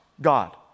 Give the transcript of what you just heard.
God